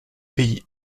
pays